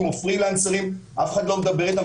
או פרילנסרים אף אחד לא מדבר איתם,